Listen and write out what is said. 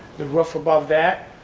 the roof above that,